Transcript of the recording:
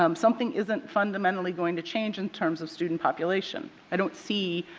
um something isn't fundamentally going to change in terms of student population. i don't see,